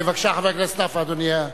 בבקשה, חבר הכנסת נפאע, אדוני.